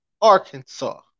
Arkansas